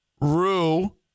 Rue